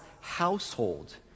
household